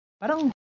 Parang